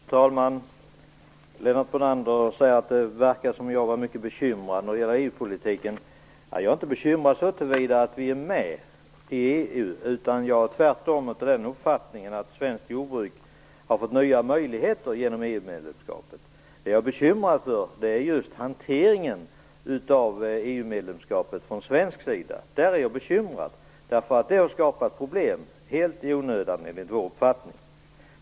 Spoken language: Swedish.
Fru talman! Lennart Brunander sade att jag verkar bekymrad när det gäller EU-politiken. Jag är inte bekymrad för att vi är med i EU. Tvärtom är jag av den uppfattningen att svenskt jordbruk har fått nya möjligheter genom EU-medlemskapet. Vad som bekymrar mig är hanteringen av medlemskapet från svensk sida. Denna har skapat problem helt i onödan, enligt vår uppfattning.